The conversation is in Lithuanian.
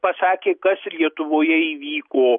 pasakė kas ir lietuvoje įvyko